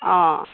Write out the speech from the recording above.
অঁ